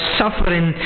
suffering